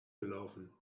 gelaufen